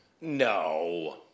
No